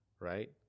Right